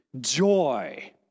joy